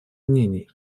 мнений